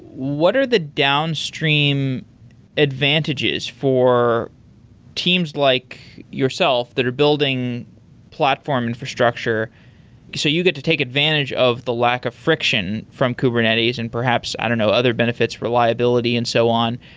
what are the downstream advantages for teams like yourself that are building platform infrastructure so you get to take advantage of the lack of friction from kubernetes and perhaps i don't know, other benefits reliability and so on.